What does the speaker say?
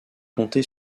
compter